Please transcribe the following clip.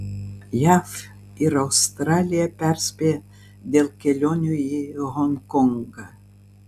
jav ir australija perspėja dėl kelionių į honkongą